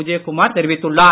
உதயகுமார் தெரிவித்துள்ளார்